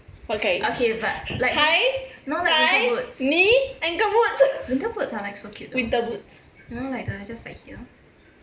okay high thigh knee ankle boots winter boots